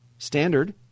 Standard